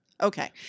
Okay